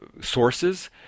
sources